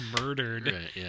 murdered